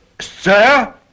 sir